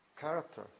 character